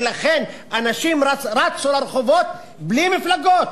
ולכן אנשים רצו לרחובות בלי מפלגות.